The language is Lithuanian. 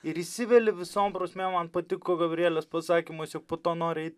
ir įsiveli visom prasmėm man patiko gabrielės pasakymas jog po to nori eit